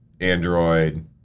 Android